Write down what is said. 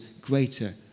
greater